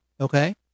okay